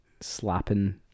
slapping